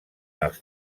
els